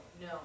no